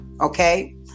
okay